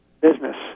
business